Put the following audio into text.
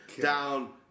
down